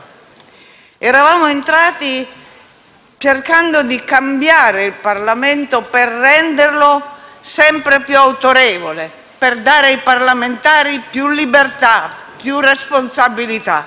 Eravamo entrati cercando di cambiare il Parlamento per renderlo sempre più autorevole, per dare ai parlamentari più libertà e più responsabilità